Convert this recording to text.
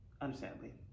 understandably